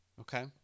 Okay